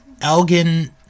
Elgin